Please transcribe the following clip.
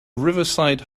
riverside